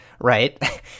right